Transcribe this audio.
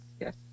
yes